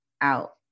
out